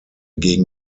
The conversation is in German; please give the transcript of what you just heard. gegen